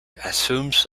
assumes